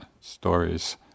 stories